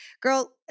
girl